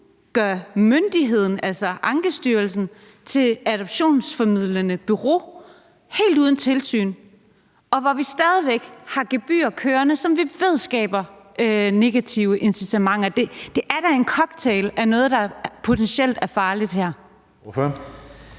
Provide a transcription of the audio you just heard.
gør myndigheden, altså Ankestyrelsen, til adoptionsformidlende bureau, helt uden tilsyn, og hvor vi stadig væk har gebyrer kørende, som vi ved skaber negative incitamenter. Det er da en cocktail her af noget, der potentielt er farligt.